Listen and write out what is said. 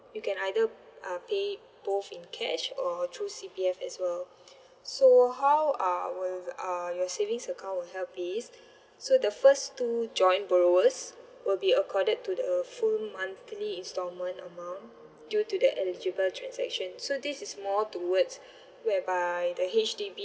you can either uh pay it both in cash or through C_P_F as well so how uh will uh your savings account will help is so the first to join borrowers will be accorded to the full monthly installment amount due to the eligible transaction so this is more towards whereby the H_D_B